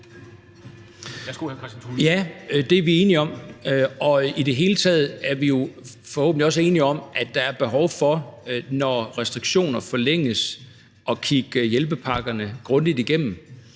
Ja, det er vi enige om. I det hele taget er vi jo forhåbentlig også enige om, at der er behov for, når restriktioner forlænges, at kigge hjælpepakkerne grundigt igennem.